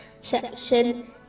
section